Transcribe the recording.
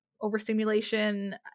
overstimulation